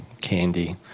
candy